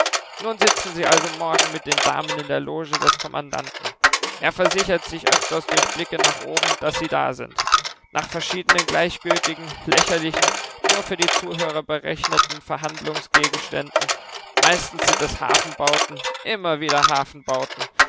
nun sitzen sie also morgen mit den damen in der loge des kommandanten er versichert sich öfters durch blicke nach oben daß sie da sind nach verschiedenen gleichgültigen lächerlichen nur für die zuhörer berechneten verhandlungsgegenständen meistens sind es hafenbauten immer wieder